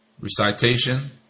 recitation